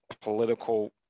political